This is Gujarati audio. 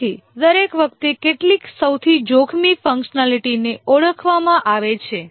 તેથી દરેક વખતે કેટલીક સૌથી જોખમી ફંકશનાલિટીને ઓળખવામાં આવે છે